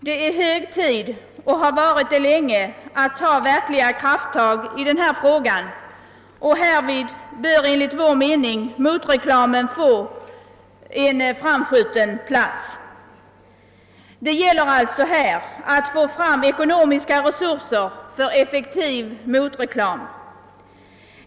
Det är hög tid och har varit så länge att ta verkliga krafttag i denna fråga, varvid enligt vår mening motreklamen bör få en framskjuten plats. Det gäller alltså att åstadkomma ekonomiska resurser för effektiv motreklam.